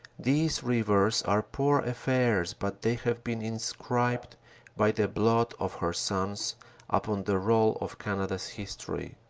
these rivers are poor affairs but they have been inscribed by the blood of her sons upon the roll of canada's history.